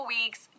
weeks